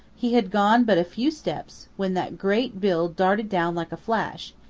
he had gone but a few steps when that great bill darted down like a flash,